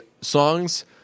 songs